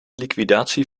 liquidatie